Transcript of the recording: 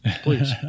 please